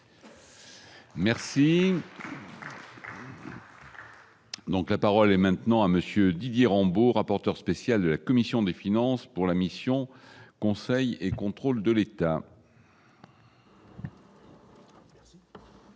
Merci. Donc, la parole est maintenant à monsieur Didier Rambaud, rapporteur spécial de la commission des finances pour la mission conseil et le contrôle de l'État.